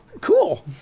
cool